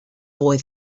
boy